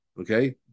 Okay